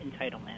entitlement